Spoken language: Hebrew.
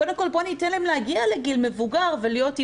קודם כל בואו ניתן להם להגיע לגיל מבוגר ולהיות אמהות.